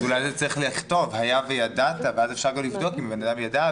אולי צריך לכתוב "היה וידעת" ואז אפשר לבדוק אם בן אדם ידע,